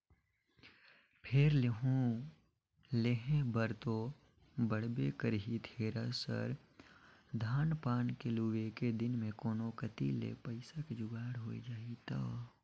फेर लेहूं लेहे बर तो पड़बे करही थेरेसर, धान पान के लुए के दिन मे कोनो कति ले पइसा के जुगाड़ होए जाही त